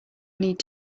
need